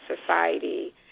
society